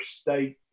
state